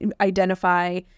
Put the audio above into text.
identify